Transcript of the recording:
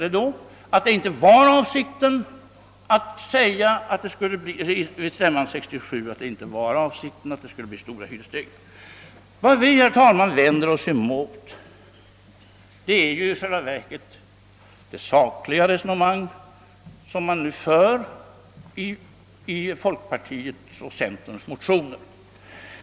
I så fall är det väl bäst att här förklara att er avsikt våren 1967 inte var att säga att det skulle bli stora hyresstegringar. Vad vi främst vänder oss mot, herr talman, är det sakliga resonemang som förs i folkpartiets och centerns motioner.